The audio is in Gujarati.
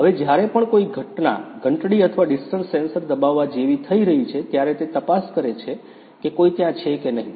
હવે જ્યારે પણ કોઈ ઘટના ઘંટડી અથવા ડિસ્ટન્સ સેન્સર દબાવવા જેવી થઈ રહી છે ત્યારે તે તપાસ કરે છે કે કોઈ ત્યાં છે કે નહીં